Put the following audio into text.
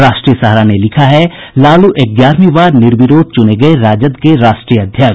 राष्ट्रीय सहारा ने लिखा है लालू ग्यारहवीं बार निर्विरोध चुने गये राजद के राष्ट्रीय अध्यक्ष